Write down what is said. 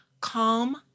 Calm